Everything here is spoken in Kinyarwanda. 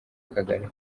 kagari